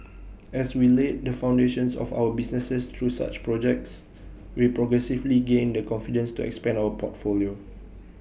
as we laid the foundations of our businesses through such projects we progressively gained the confidence to expand our portfolio